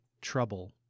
trouble